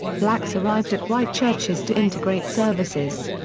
blacks arrived at white churches to integrate services.